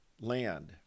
land